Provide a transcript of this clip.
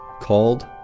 called